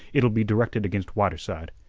it'll be directed against whiterside,